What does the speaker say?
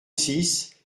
six